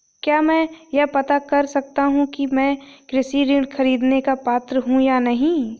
क्या मैं यह पता कर सकता हूँ कि मैं कृषि ऋण ख़रीदने का पात्र हूँ या नहीं?